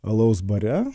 alaus bare